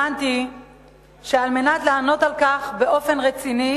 הבנתי שעל מנת לענות על כך באופן רציני,